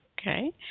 Okay